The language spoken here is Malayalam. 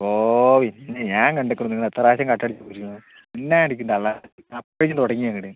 ഓഹ് പിന്നേ ഞാൻ കണ്ടിരിക്കണ് നിങ്ങളെത്ര പ്രാവശ്യം കട്ടടിച്ചു പോയിരിക്കുന്നു മിണ്ടാതിരിക്ക് തള്ളാൻ അപ്പോഴേക്കും തുടങ്ങി നിങ്ങള്